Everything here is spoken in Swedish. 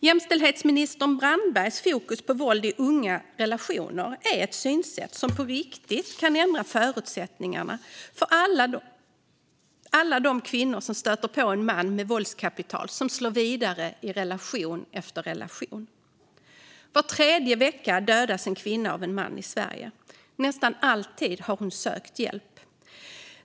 Jämställdhetsminister Brandbergs fokus på våld i unga relationer kan på riktigt ändra förutsättningarna för alla de kvinnor som stöter på en man med våldskapital som slår vidare i relation efter relation. Var tredje vecka dödas en kvinna av en man i Sverige. Nästan alltid har hon sökt hjälp.